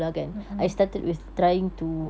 a'ah